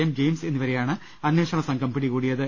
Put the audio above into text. M James എന്നിവരെയാണ് അനേഷണ സംഘം പിടി കൂടിയത്